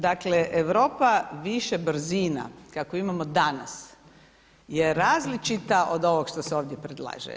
Dakle, Europa više brzina kako imamo danas je različita od ovog što se ovdje predlaže.